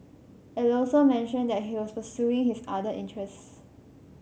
it also mentioned that he was pursuing his other interests